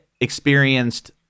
experienced